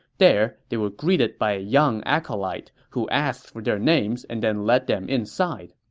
there, they were greeted by a young acolyte, who asked for their names and then led them inside.